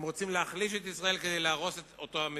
הם רוצים להחליש את ישראל, כדי להרוס אותה מבפנים.